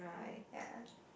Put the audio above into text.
ya